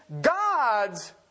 God's